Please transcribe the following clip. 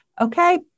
okay